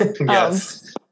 Yes